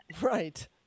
Right